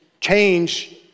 change